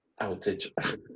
outage